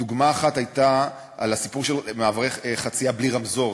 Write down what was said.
דוגמה אחת הייתה הסיפור של מעברי חצייה בלי רמזור,